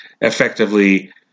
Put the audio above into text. effectively